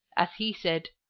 as he said,